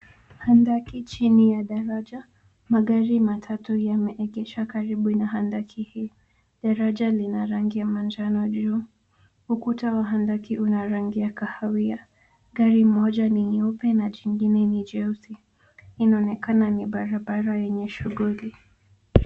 Hadaki chini ya daraja. Magari matatu yameegeshwa karibu na hataki. Daraja ni la rangi ya manjano. Ukuta wa hadaki una rangi ya kahawia. Gari moja ni nyeupe na zingine ni nyeusi. Inaonekana ni barabara yenye shughuli.